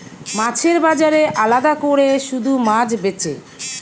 মাছের বাজারে আলাদা কোরে শুধু মাছ বেচে